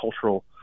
cultural